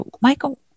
Michael